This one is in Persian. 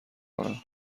کنم